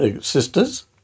sisters